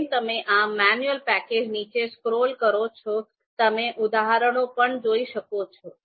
જેમ તમે આ મેન્યુઅલ પેજને નીચે સ્ક્રોલ કરો છો તમે ઉદાહરણો પણ જોઈ શકો છો